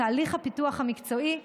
תהליך הפיתוח המקצועי,